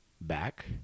back